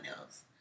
else